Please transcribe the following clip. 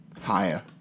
Higher